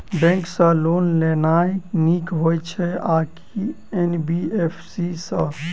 Bank सँ loan लेनाय नीक होइ छै आ की एन.बी.एफ.सी सँ?